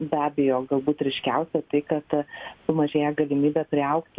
be abejo galbūt ryškiausia tai kad sumažėja galimybė priaugti